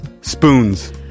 spoons